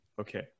okay